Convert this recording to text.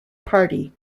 party